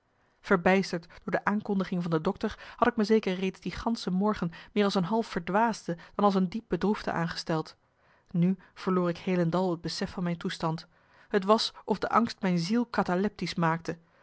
verbijsterd door de aankondiging van de dokter had ik me zeker reeds die gansche morgen meer als een half verdwaasde dan als een diepbedroefde aangesteld nu verloor ik heelendal het besef van mijn toestand t was of de angst mijn ziel cataleptisch maakte